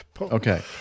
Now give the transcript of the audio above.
Okay